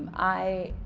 i